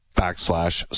backslash